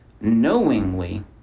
knowingly